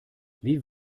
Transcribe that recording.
wie